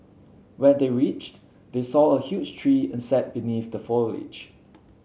when they reached they saw a huge tree and sat beneath the foliage